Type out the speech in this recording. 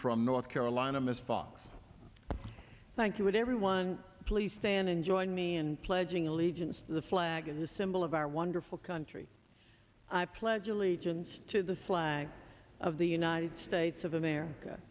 from north carolina ms fox thank you and everyone please stand and join me in pledging allegiance to the flag and the symbol of our wonderful country i pledge allegiance to the flag of the united states of america